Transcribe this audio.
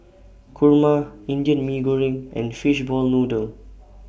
Kurma Indian Mee Goreng and Fishball Noodle